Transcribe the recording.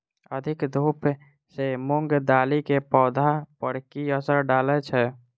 अधिक धूप सँ मूंग दालि केँ पौधा पर की असर डालय छै?